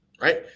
Right